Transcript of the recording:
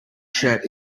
shirt